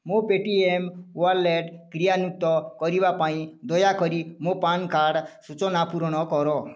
ମୋ Paytm wallet କ୍ରିୟାନ୍ଵିତ କରିବା ପାଇଁ ଦୟାକରି ମୋ ପାନକାର୍ଡ଼ ସୂଚନା ପୂରଣ କର